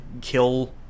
kill